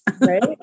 Right